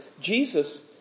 Jesus